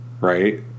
Right